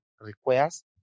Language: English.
requires